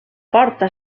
porta